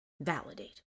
validate